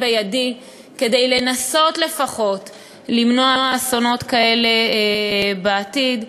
בידי כדי לנסות לפחות למנוע אסונות כאלה בעתיד.